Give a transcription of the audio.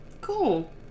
Cool